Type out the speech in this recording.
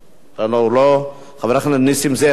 בסדר-היום.